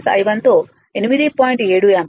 7 ampere పొందుతాము